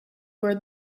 where